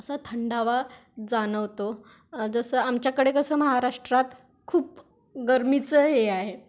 असा थंड हवा जाणवतो जसं आमच्याकडे कसं महाराष्ट्रात खूप गर्मीचं हे आहे